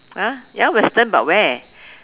!huh! ya western but where